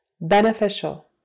Beneficial